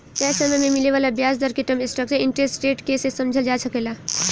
तय समय में मिले वाला ब्याज दर के टर्म स्ट्रक्चर इंटरेस्ट रेट के से समझल जा सकेला